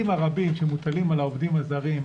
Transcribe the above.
הרבים שמוטלים על העובדים הזרים,